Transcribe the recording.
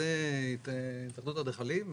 התאחדות האדריכלים,